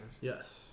Yes